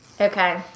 Okay